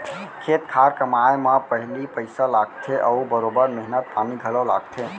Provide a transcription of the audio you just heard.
खेत खार कमाए म पहिली पइसा लागथे अउ बरोबर मेहनत पानी घलौ लागथे